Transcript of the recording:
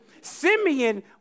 Simeon